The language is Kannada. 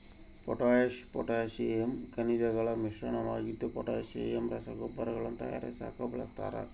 ಪೊಟ್ಯಾಶ್ ಪೊಟ್ಯಾಸಿಯಮ್ ಖನಿಜಗಳ ಮಿಶ್ರಣವಾಗಿದ್ದು ಪೊಟ್ಯಾಸಿಯಮ್ ರಸಗೊಬ್ಬರಗಳನ್ನು ತಯಾರಿಸಾಕ ಬಳಸ್ತಾರ